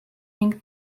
ning